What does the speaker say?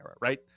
right